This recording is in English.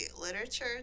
literature